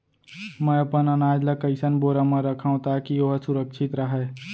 मैं अपन अनाज ला कइसन बोरा म रखव ताकी ओहा सुरक्षित राहय?